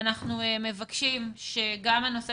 אם שואלים אותי